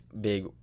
big